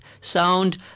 sound